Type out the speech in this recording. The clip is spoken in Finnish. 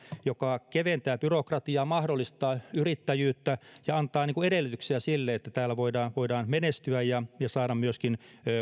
joka keventää byrokratiaa mahdollistaa yrittäjyyttä ja antaa edellytyksiä sille että täällä voidaan voidaan menestyä ja saada myöskin